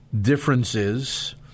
differences—